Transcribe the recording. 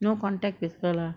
no contact with her lah